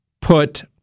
put